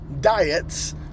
diets